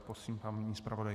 Prosím, paní zpravodajko.